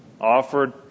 offered